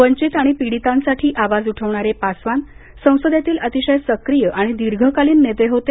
वंचित आणि पिडीतांसाठी आवाज उठवणारे पासवान संसदेतील अतिशय सक्रीय आणि दीर्घकालीन नेते होते